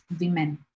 women